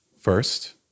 first